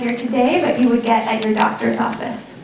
here today that you would get your doctor's office